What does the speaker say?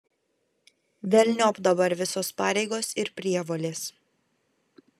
velniop dabar visos pareigos ir prievolės